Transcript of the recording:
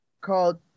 called